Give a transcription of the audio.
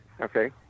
okay